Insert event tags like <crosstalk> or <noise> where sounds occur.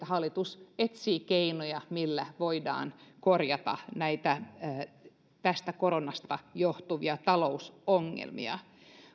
<unintelligible> hallitus etsii keinoja millä voidaan korjata tästä koronasta johtuvia talousongelmia